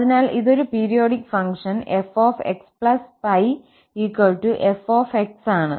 അതിനാൽ ഇതൊരു periodic function fx π f ആണ്